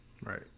Right